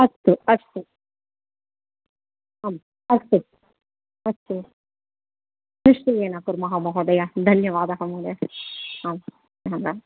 अस्तु अस्तु आम् अस्तु अस्तु निश्चयेन कुर्मः महोदय धन्यवादः महोदय आं रां राम्